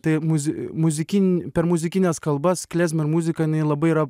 tai muzi muzikin per muzikines kalbas klezmer muzika jinai labai yra